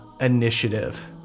initiative